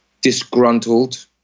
disgruntled